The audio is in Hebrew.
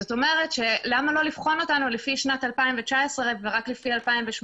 זאת אומרת למה לא לבחון אותנו לפי שנת 2019 ולא רק לפי 2018?